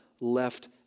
left